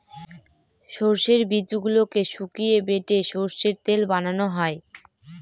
সর্ষের বীজগুলোকে শুকিয়ে বেটে সর্ষের তেল বানানো হয়